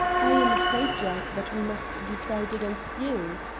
i am afraid, jack, that we must decide against you.